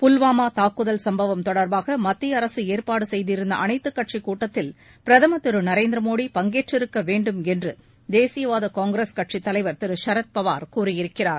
புல்வாமா தாக்குதல் சம்பவம் தொடர்பாக மத்திய அரசு ஏற்பாடு செய்திருந்த அனைத்துக் கட்சிக்கூட்டத்தில் பிரதமா் திரு நரேந்திர மோடி பங்கேற்றிருக்க வேண்டும் என்று தேசியவாத காங்கிரஸ் கட்சித்தலைவர் திரு சரத்பவார் கூறியிருக்கிறார்